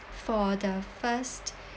for the first